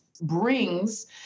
brings